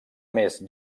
més